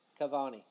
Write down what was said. cavani